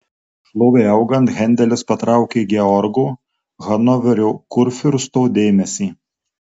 šlovei augant hendelis patraukė georgo hanoverio kurfiursto dėmesį